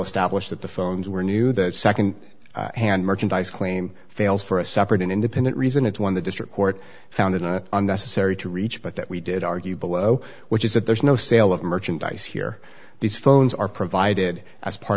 established that the phones were new that nd hand merchandise claim fails for a separate independent reason it's one the district court found and unnecessary to reach but that we did argue below which is that there's no sale of merchandise here these phones are provided as part